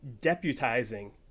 deputizing